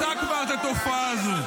ועדת אגרנט זיהתה כבר את התופעה הזאת.